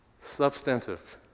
substantive